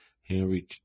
Henry